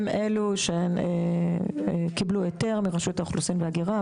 הן אלו שקיבלו היתר מלשכת האוכלוסין וההגירה,